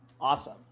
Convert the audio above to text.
awesome